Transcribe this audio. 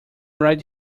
right